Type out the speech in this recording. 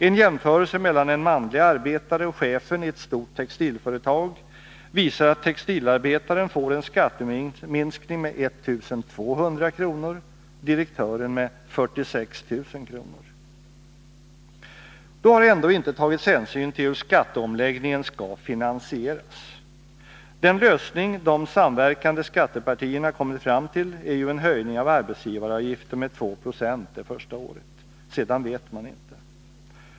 En jämförelse mellan en manlig arbetare och chefen i ett stort textilföretag visar att textilarbetaren får en skatteminskning med 1 200 kr., direktören med 46 000 kr. Då har ändå inte tagits hänsyn till hur skatteomläggningen skall finansieras. Den lösning de samverkande skattepartierna kommit fram till är ju en höjning av arbetsgivaravgiften med 2 96 det första året. Sedan vet man inte.